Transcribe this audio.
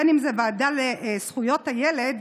בין שזאת ועדה לזכויות הילד,